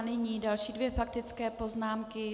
Nyní další dvě faktické poznámky.